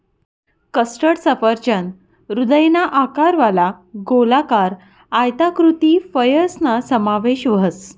custard सफरचंद हृदयना आकारवाला, गोलाकार, आयताकृती फयसना समावेश व्हस